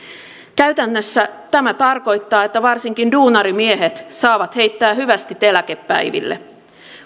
käytännössä tämä tarkoittaa että varsinkin duunarimiehet saavat heittää hyvästit eläkepäiville